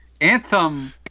Anthem